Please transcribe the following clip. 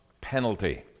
penalty